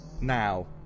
Now